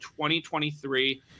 2023